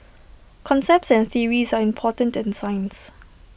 concepts and theories are important in science